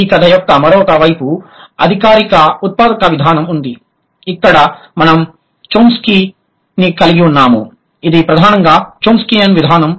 ఈ కథ యొక్క మరొక వైపు అధికారిక ఉత్పాదక విధానం ఉంది ఇక్కడ మనం చోమ్స్కీని కలిగి ఉన్నాము ఇది ప్రధానంగా చోమ్స్కియన్ విధానం